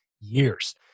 years